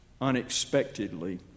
unexpectedly